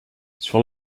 sur